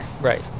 Right